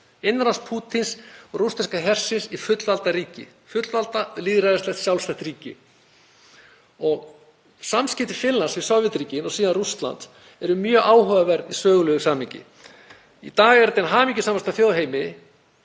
innrás Pútíns og rússneska hersins í fullvalda ríki, fullvalda, lýðræðislegt sjálfstætt ríki. Samskipti Finnlands við Sovétríkin og síðan Rússland eru mjög áhugaverð í sögulegu samhengi. Í dag eru Finnar hamingjusamasta þjóð í heimi,